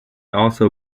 also